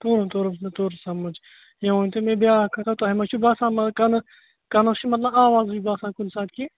توٚرُم توٚرُم مےٚ توٚر سَمٕج یہِ ؤنۍتَو مےٚ بیٛاکھ کَتھاہ تۄہہِ ما چھُ باسان منٛز کَنَس کنَس چھُ مَطلب آواز ہِش باسان کُنہِ ساتہٕ کیٚنٛہہ